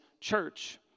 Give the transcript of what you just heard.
church